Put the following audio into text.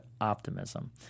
Optimism